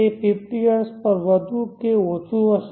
તે 50 હર્ટ્ઝ પર વધુ કે ઓછું હશે